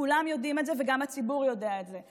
כולם יודעים את זה, וגם הציבור יודע את זה.